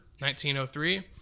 1903